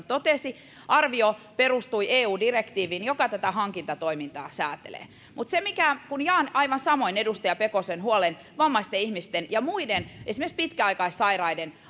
totesi arvio perustui eu direktiiviin joka tätä hankintatoimintaa säätelee jaan aivan samoin edustaja pekosen huolen vammaisten ihmisten ja muiden esimerkiksi pitkäaikaissairaiden